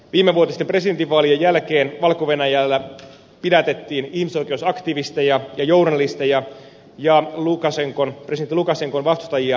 viimevuotisten presidentinvaalien jälkeen valko venäjällä pidätettiin ihmisoikeusaktivisteja ja journalisteja ja presidentti lukasenkan vastustajia pahoinpideltiin